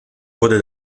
wurde